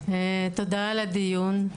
תודה על הדיון.